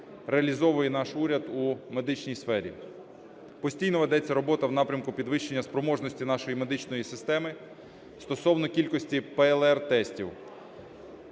реалізовує наш уряд у медичній сфері. Постійно ведеться робота в напрямку підвищення спроможності нашої медичної системи стовно кількості ПЛР-тестів.